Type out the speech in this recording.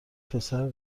پسر